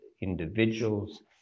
individuals